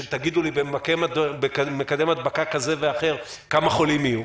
תגידו לי במקדם הדבקה כזה ואחר כמה חולים יהיו